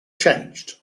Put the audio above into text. changed